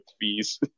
fees